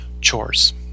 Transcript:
chores